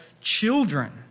children